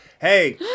hey